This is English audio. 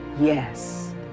Yes